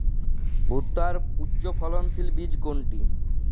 ভূট্টার উচ্চফলনশীল বীজ কোনটি?